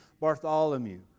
Bartholomew